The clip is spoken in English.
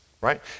right